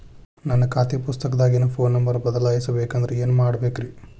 ನನ್ನ ಖಾತೆ ಪುಸ್ತಕದಾಗಿನ ಫೋನ್ ನಂಬರ್ ಬದಲಾಯಿಸ ಬೇಕಂದ್ರ ಏನ್ ಮಾಡ ಬೇಕ್ರಿ?